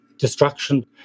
destruction